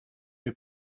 nie